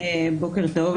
בוקר טוב.